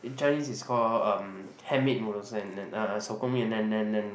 Chinese is called um handmade noodles and and uh 手工面:Shou Gong Mian and and and